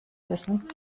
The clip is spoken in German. wissen